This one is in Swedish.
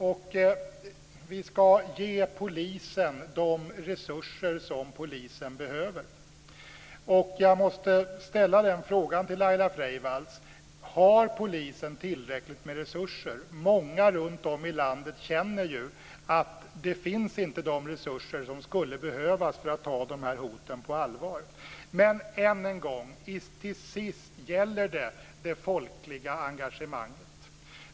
Vi ska också ge polisen de resurser som polisen behöver. Jag måste fråga Laila Freivalds: Har polisen tillräckligt med resurser? Många runtom i landet känner att de resurser inte finns som skulle behövas för att de här hoten ska tas på allvar. Än en gång: Till sist handlar det om det folkliga engagemanget.